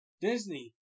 disney